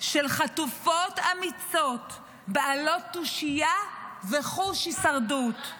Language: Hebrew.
של חטופות אמיצות בעלות תושייה וחוש הישרדות.